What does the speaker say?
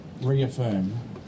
reaffirm